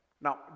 Now